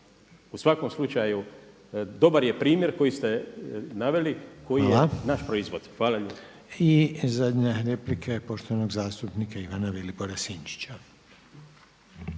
U svakom slučaju dobar je primjer koji ste naveli koji je naš proizvod. Hvala lijepo. **Reiner, Željko (HDZ)** Hvala. I zadnja replika je poštovanog zastupnika Ivana Vilibora Sinčića.